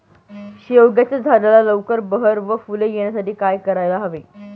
शेवग्याच्या झाडाला लवकर बहर व फूले येण्यासाठी काय करायला हवे?